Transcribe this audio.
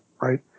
right